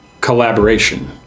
collaboration